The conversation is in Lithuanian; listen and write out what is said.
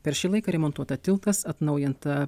per šį laiką remontuota tiltas atnaujinta